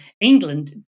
England